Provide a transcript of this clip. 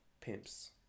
pimps